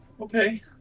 Okay